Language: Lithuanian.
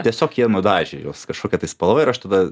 tiesiog jie nudažė juos kažkokia tai spalva ir aš tada